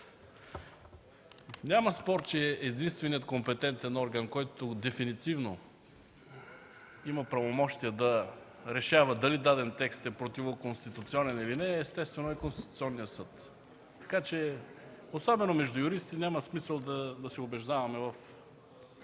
няма спор, че единственият компетентен орган, който дефинитивно има правомощия да решава дали даден текст е противоконституционен или не, естествено е Конституционният съд, така че особено между юристи няма смисъл да се убеждаваме в